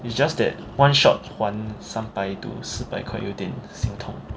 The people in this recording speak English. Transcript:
is just that one shot 还三百多四百块可能有点心痛